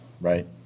right